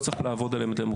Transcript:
לא צריך לעבוד עליהם,